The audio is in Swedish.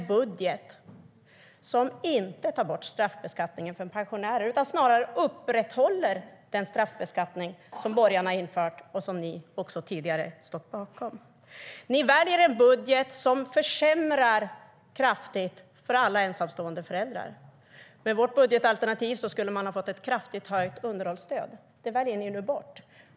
Ni väljer en budget som inte tar bort straffbeskattningen för pensionärer utan snarare upprätthåller den straffbeskattning som borgarna infört och som ni tidigare stått bakom. Ni väljer en budget som kraftigt försämrar för alla ensamstående föräldrar. Med vårt budgetalternativ skulle de ha fått ett kraftigt höjt underhållsstöd. Det väljer ni nu bort.